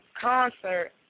concert